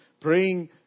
praying